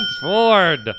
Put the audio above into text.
Ford